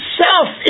self